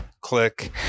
click